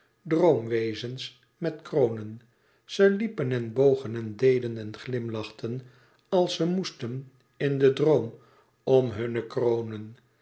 droomwezens met kronen ze liepen en bogen en deden en glimlachten als ze moesten in den droom om hunne kronen